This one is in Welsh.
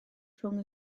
rhwng